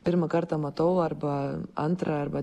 pirmą kartą matau arba antrą arba